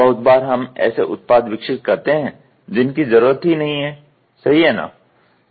बहुत बार हम ऐसे उत्पाद विकसित करते हैं जिनकी जरूरत ही नहीं है सही है ना